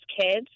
kids